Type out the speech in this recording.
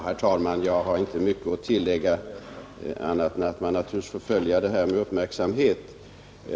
Herr talman! Jag har inte mycket att tillägga annat än att man naturligtvis får följa detta med uppmärksamhet.